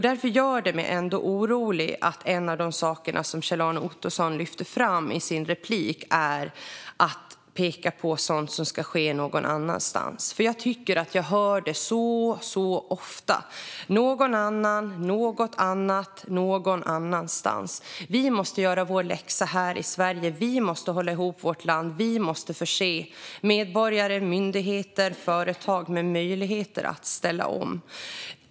Därför gör det mig orolig när Kjell-Arne Ottosson i sin replik talar om sådant som ska ske någon annanstans. Jag tycker att jag hör det så ofta. Det är någon annan, något annat och någon annanstans. Vi måste göra vår läxa här i Sverige. Vi måste hålla ihop vårt land. Vi måste förse medborgare, myndigheter och företag med möjligheter att ställa om.